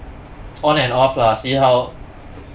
on and off lah see how